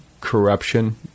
corruption